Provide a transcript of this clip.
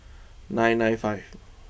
nine nine five